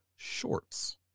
Shorts